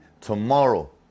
tomorrow